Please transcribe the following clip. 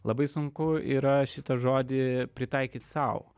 labai sunku yra šitą žodį pritaikyt sau